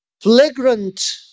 flagrant